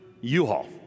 U-Haul